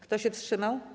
Kto się wstrzymał?